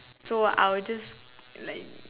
so I'll just like